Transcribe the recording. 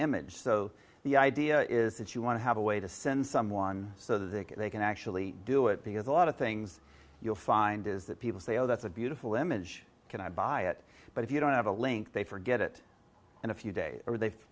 image so the idea is that you want to have a way to send someone so they can they can actually do it because a lot of things you'll find is that people say oh that's a beautiful image can i buy it but if you don't have a link they forget it in a few days or they